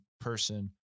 person